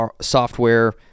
software